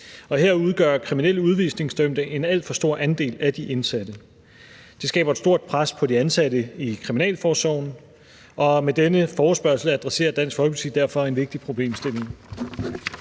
Her udgør kriminelle udvisningsdømte en alt for stor andel af de indsatte. Det skaber et stort pres på de ansatte i kriminalforsorgen. Og med denne forespørgsel adresserer Dansk Folkeparti derfor en vigtig problemstilling.